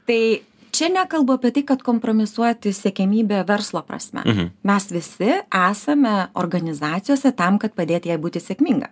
tai čia nekalbu apie tai kad kompromisuoti siekiamybė verslo prasme mes visi esame organizacijose tam kad padėti jai būti sėkminga